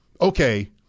Okay